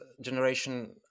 generation